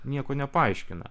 nieko nepaaiškina